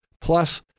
Plus-